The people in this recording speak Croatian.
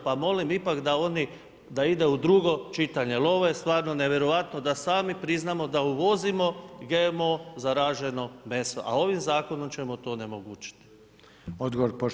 Pa molim ipak da oni, da ide u drugo čitanje jer ovo je stvarno nevjerojatno da sami priznamo da uvozimo GMO zaraženo meso, a ovim Zakonom ćemo to onemogućiti.